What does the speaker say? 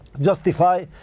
justify